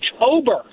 October